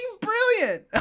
brilliant